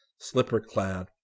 slipper-clad